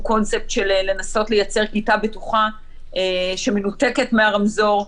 קונספט לנסות לייצר כיתה בטוחה שמנותקת מהרמזור,